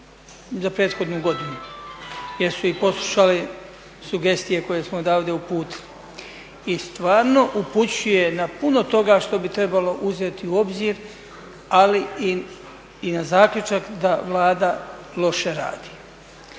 za prethodnu godinu jer su i poslušali sugestije koje smo odavde uputili i stvarno upućuje na puno toga što bi trebalo uzeti u obzir, ali i na zaključak da Vlada loše radi.